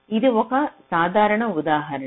ఇది ఒక సాధారణ ఉదాహరణ